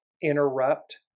interrupt